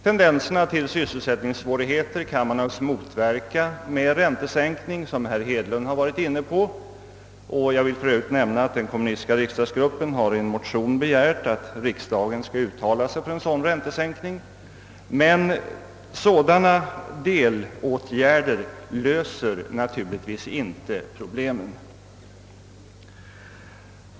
Tendenserna till sysselsättningssvårigheter kan man naturligtvis motverka med räntesänkning, som herr Hedlund har varit inne på. Jag vill för övrigt nämna att den kommunistiska riksdagsgruppen i en motion har begärt att riksdagen skall uttala sig för en sådan räntesänkning. Men sådana delåtgärder löser naturligtvis inte problemen.